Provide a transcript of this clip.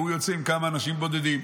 והוא יוצא עם כמה אנשים בודדים.